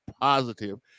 positive